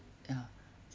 ya